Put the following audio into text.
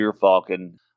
Falcon